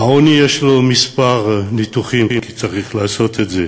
העוני, יש לו כמה ניתוחים, כי צריך לעשות את זה,